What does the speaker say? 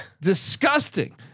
Disgusting